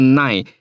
nine